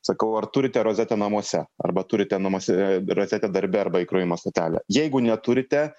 sakau ar turite rozetę namuose arba turite namuose rozetę darbe arba įkrovimo stotelę jeigu neturite